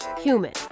human